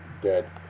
dead